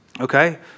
Okay